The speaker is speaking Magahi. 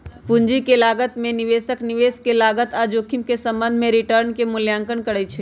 पूंजी के लागत में निवेशक निवेश के लागत आऽ जोखिम के संबंध में रिटर्न के मूल्यांकन करइ छइ